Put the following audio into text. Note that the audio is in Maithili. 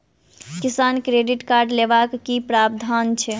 किसान क्रेडिट कार्ड लेबाक की प्रावधान छै?